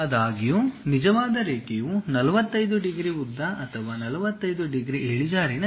ಆದಾಗ್ಯೂ ನಿಜವಾದ ರೇಖೆಯು 45 ಡಿಗ್ರಿ ಉದ್ದ ಅಥವಾ 45 ಡಿಗ್ರಿ ಇಳಿಜಾರಿನಲ್ಲಿದೆ